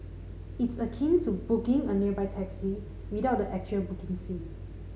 it's akin to 'booking' a nearby taxi without the actual booking fee